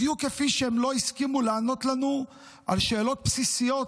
בדיוק כפי שהם לא הסכימו לענות לנו על שאלות בסיסיות,